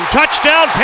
Touchdown